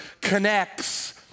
connects